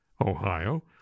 Ohio